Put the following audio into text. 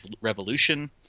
Revolution